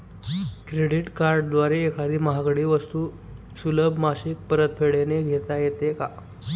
Credit कार्डद्वारे एखादी महागडी वस्तू सुलभ मासिक परतफेडने घेता येते का?